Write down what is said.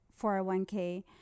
401k